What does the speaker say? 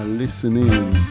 listening